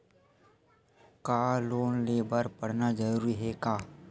का लोन ले बर पढ़ना जरूरी हे का?